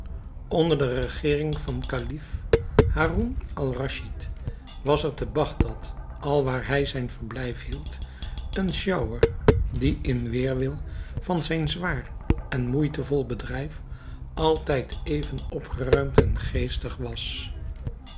onder de regering van den kalif haroun-al-raschid was er te bagdad alwaar hij zijn verblijf hield een sjouwer die in weêrwil van zijn zwaar en moeitevol bedrijf altijd even opgeruimd en geestig was